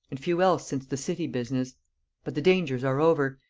and few else since the city business but the dangers are over,